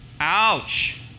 Ouch